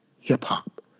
hip-hop